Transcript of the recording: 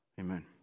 amen